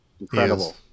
Incredible